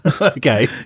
Okay